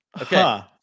okay